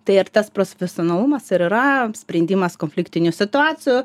tai ar tas prosfesionalumas ir yra sprendimas konfliktinių situacijų